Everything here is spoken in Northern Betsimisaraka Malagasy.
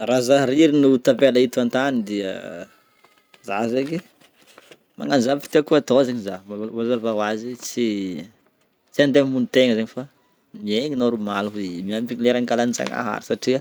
Raha zah rery no tabela eto an-tany dia zah zegny magnano zavatra tieko atao zegny zah, mazava ho azy tsy tsy andeha hamonon-tegna fa miaigna normaly hoe miamby ny lera angalan-jagnahary satria